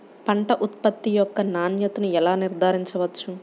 పంట ఉత్పత్తి యొక్క నాణ్యతను ఎలా నిర్ధారించవచ్చు?